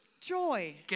joy